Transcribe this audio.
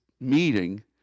meeting